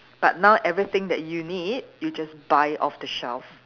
but now everything that you need you just buy it off the shelf